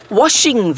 washing